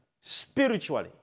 spiritually